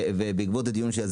עולה שיש